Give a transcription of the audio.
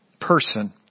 person